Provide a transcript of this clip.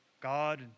God